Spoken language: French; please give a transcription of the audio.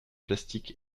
plastiques